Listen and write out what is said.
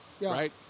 right